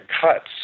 cuts